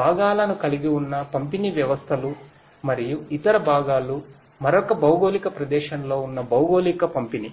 భాగాలను కలిగి ఉన్న పంపిణీ వ్యవస్థలు మరియు ఇతర భాగాలు మరొక భౌగోళిక ప్రదేశంలో ఉన్న భౌగోళిక పంపిణీ